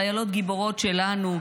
חיילות גיבורות שלנו,